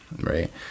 right